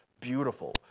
beautiful